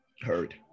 Heard